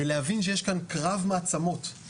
בלהבין שיש כאן קרב מעצמות.